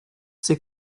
ses